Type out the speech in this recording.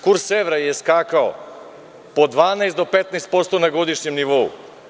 Kurs evra je skakao po 12 do 15% na godišnjem nivou.